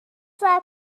صبر